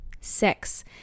six